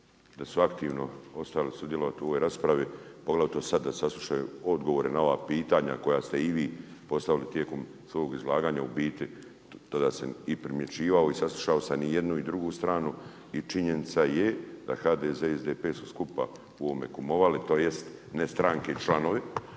da su aktivno ostali sudjelovati u ovoj raspravi, poglavito sad da saslušaju odgovore na ova pitanja koja ste i vi postavili tijekom svog izlaganja, u biti, tada sam i primjećivao i saslušao sam i jednu i drugu stranu, i činjenica je da HDZ i SDP su skupa u ovome kumovali, tj. ne stranke i članovi,